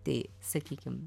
tai sakykim